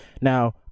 Now-